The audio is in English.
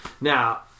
now